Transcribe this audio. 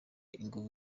inguvu